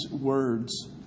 words